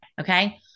Okay